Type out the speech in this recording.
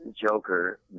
Joker